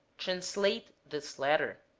translate this letter.